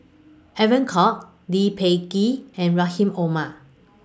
Evon Kow Lee Peh Gee and Rahim Omar